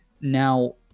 now